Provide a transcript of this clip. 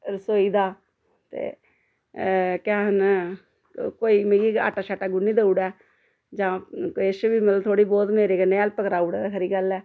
रसोई दा ते एह् केह् आखना कोई मिगी आटा शाटा गुन्नी दोऊ उड़े जां किश बी मतलब थोह्ड़ी बोह्त मेरे कन्नै हेल्प कराई ओड़ै ते खरी गल्ल ऐ